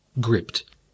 gripped